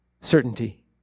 certainty